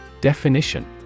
Definition